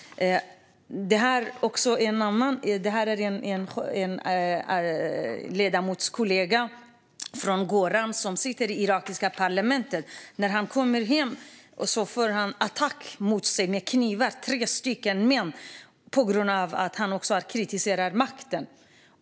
Bilden jag håller upp visar en ledamotskollega från Goran som sitter i det irakiska parlamentet. När han kommer hem blir han attackerad med knivar av tre män på grund av att han kritiserar makten.